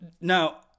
Now